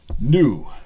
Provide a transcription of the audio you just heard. New